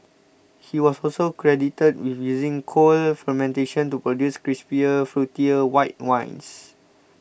he was also credited with using cold fermentation to produce crisper fruitier white wines